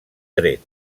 tret